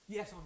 Yes